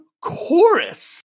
Chorus